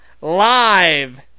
live